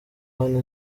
hano